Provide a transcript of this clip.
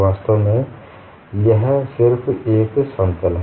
वास्तव में यह सिर्फ एक समतल है